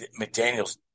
McDaniels